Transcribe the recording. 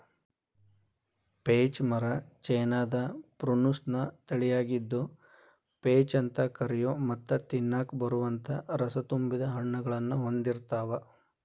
peach ಮರ ಚೇನಾದ Prunus ನ ತಳಿಯಾಗಿದ್ದು, ಪೇಚ್ ಅಂತ ಕರಿಯೋ ಮತ್ತ ತಿನ್ನಾಕ ಬರುವಂತ ರಸತುಂಬಿದ ಹಣ್ಣನ್ನು ಹೊಂದಿರ್ತಾವ